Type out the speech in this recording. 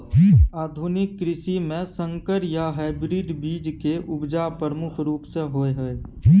आधुनिक कृषि में संकर या हाइब्रिड बीज के उपजा प्रमुख रूप से होय हय